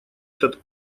этот